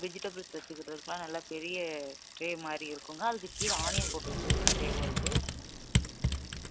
vegetables வைச்சிக்கிறத்துக்குலாம் நல்ல பெரிய ட்ரே மாதிரி இருக்குதுங்க அதுக்கு கீழே ஆனியன் போட்டு வைச்சிக்கிற ட்ரேவும் இருக்குது